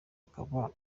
ukaba